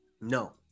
no